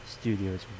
studios